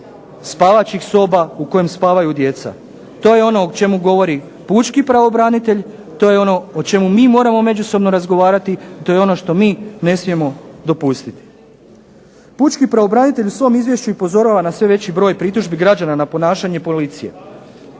spavaćih soba u kojima spavaju djeca. To je ono o čemu govori pučki pravobranitelj, to je ono o čemu mi moramo međusobno razgovarati, to je ono što mi ne smijemo dopustiti. Pučki pravobranitelj u svom izvješću upozorava na sve veći broj pritužbi građana na ponašanje policije